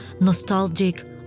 nostalgic